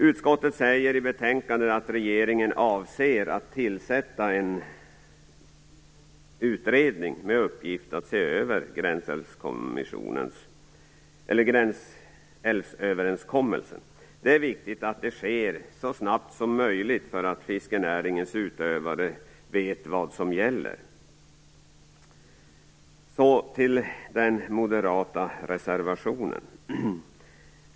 Utskottet säger i betänkandet att regeringen avser att tillsätta en utredning med uppgift att se över gränsälvsöverenskommelsen. Det är viktigt att det sker så snabbt som möjligt, så att fiskenäringens utövare vet vad som gäller. Jag går då över till den moderata reservationen.